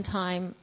time